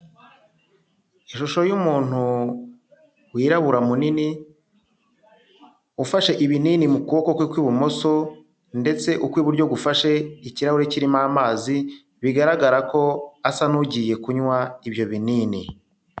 Ishusho y'umuntu wirabura munini ufashe ibinini mu kuboko kwe kw'ibumoso ndetse ukw'iburyo gufashe ikirahuri kirimo amazi bigaragara ko asa n'ugiye kunywa ibyo binini.